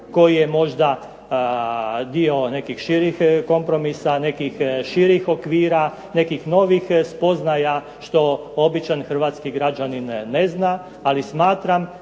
koji je možda dio nekih širih kompromisa, nekih širih okvira, nekih novih spoznaja što običan hrvatski građanin ne zna, ali smatram